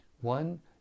One